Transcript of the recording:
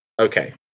Okay